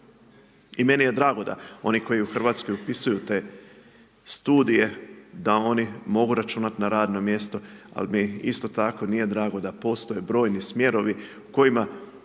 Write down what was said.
I meni je drago da oni koji u Hrvatskoj upisuju te studije, da oni mogu računati na radna mjesta, ali mi isto tako nije tako da postoje brojni smjerovi kojima